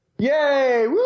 Yay